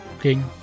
King